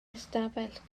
ystafell